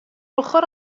ochr